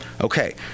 Okay